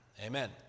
Amen